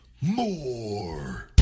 more